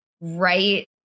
right